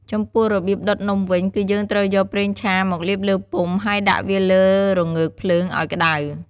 ចំពោះរបៀបដុតនំវិញ គឺយើងត្រូវយកប្រេងឆាមកលាបលើពុម្ព ហើយដាក់វាលើរងើកភ្លើងអោយក្តៅ។